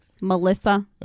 Melissa